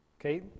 okay